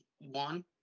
one